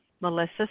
Melissa